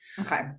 okay